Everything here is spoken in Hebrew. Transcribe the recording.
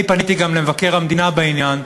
אני פניתי גם למבקר המדינה בעניין,